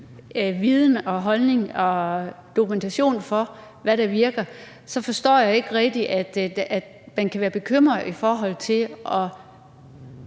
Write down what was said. viden og holdning og dokumentation for, hvad der virker, forstår jeg ikke rigtig, at man kan være bekymret i forhold til at